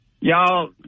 y'all